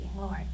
Lord